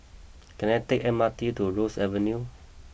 can I take M R T to Ross Avenue